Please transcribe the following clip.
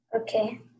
Okay